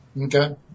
Okay